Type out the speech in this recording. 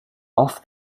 off